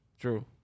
True